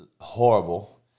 horrible